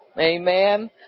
Amen